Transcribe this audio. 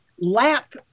lap